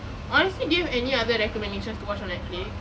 honestly do you have any other recommendations to watch on Netflix